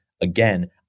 Again